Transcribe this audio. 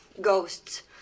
Ghosts